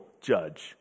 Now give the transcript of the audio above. judge